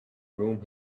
room